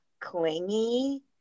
clingy